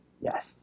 yes